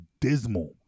dismal